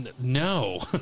no